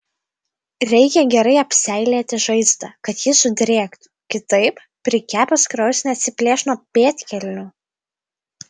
reikia gerai apseilėti žaizdą kad ji sudrėktų kitaip prikepęs kraujas neatsiplėš nuo pėdkelnių